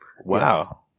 wow